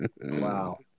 Wow